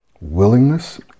willingness